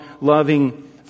loving